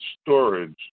storage